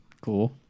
Cool